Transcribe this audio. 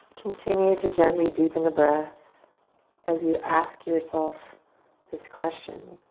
continue to gently deepen the breath as you ask yourself this question.